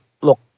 Look